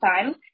time